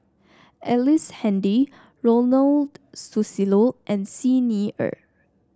Ellice Handy Ronald Susilo and Xi Ni Er